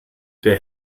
der